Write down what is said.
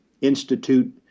institute